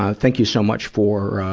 ah thank you so much for, ah,